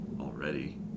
already